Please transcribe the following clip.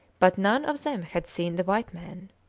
but none of them had seen the white men.